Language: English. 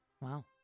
Wow